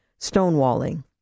stonewalling